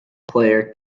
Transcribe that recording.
player